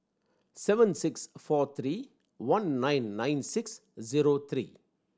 seven six four three one nine nine six zero three